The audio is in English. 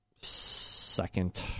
second